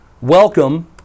welcome